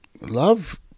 Love